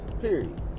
Period